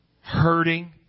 hurting